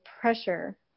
pressure